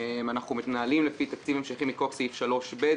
אנחנו מתנהלים לפי תקציב המשכי מכוח סעיף 3(ב).